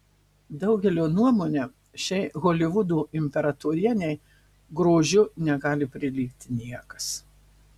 daugelio nuomone šiai holivudo imperatorienei grožiu negali prilygti niekas